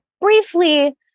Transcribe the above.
briefly